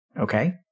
Okay